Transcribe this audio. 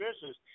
business